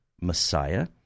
Messiah